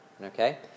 okay